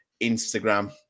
Instagram